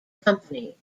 company